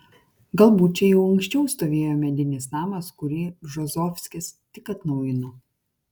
galbūt čia jau anksčiau stovėjo medinis namas kurį bžozovskis tik atnaujino